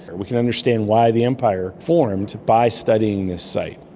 we can understand why the empire formed by studying this site.